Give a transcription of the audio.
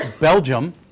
Belgium